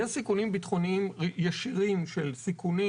יש סיכונים ביטחוניים ישירים של סיכונים,